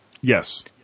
Yes